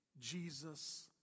Jesus